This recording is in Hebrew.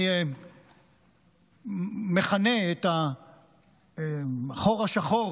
אני מכנה את החור השחור